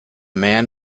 man